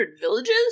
villages